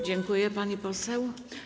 Dziękuję, pani poseł.